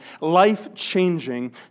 life-changing